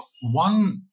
One